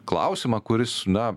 klausimą kuris na